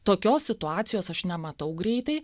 tokios situacijos aš nematau greitai